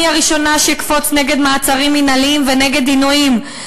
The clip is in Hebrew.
אני הראשונה שאקפוץ נגד מעצרים מינהליים ונגד עינויים,